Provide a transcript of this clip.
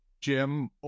Jim